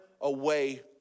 away